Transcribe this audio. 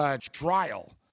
Trial